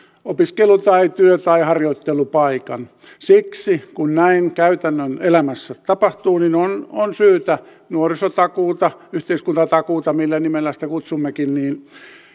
opiskelu työ tai harjoittelupaikan siksi kun näin käytännön elämässä tapahtuu on on syytä nuorisotakuuta yhteiskuntatakuuta millä nimellä sitä kutsummekin